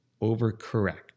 overcorrect